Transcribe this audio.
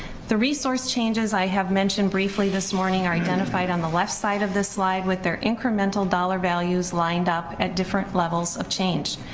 the resource changes i have mentioned briefly this morning are identified on the left side of this slide with their incremental dollar values lined up at different levels of change,